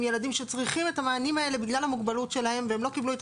ילדים שצריכים את המענים האלה בגלל המוגבלות שלהם והם לא קיבלו את